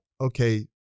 okay